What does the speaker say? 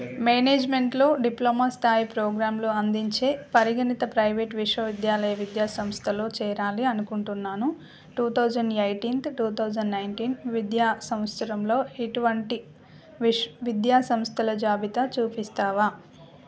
మేనేజ్మెంట్లో డిప్లొమా స్థాయి ప్రోగ్రాంలు అందించే పరిగణిత ప్రైవేట్ విశ్వవిద్యాలయ విద్యా సంస్థలో చేరాలి అనుకుంటున్నాను two thousand eighteenth two thousand nineteen విద్యా సంవత్సరంలో ఎటువంటి విశ్ విద్యా సంస్థల జాబితా చూపిస్తావా